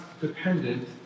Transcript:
dependent